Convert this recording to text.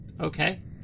Okay